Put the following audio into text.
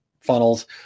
funnels